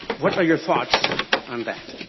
what are your thoughts on that?